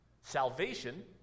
Salvation